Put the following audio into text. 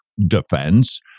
defense